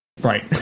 Right